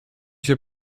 się